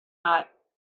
not